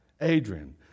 Adrian